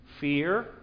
fear